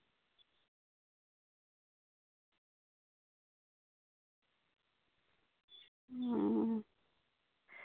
ᱚ